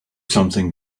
something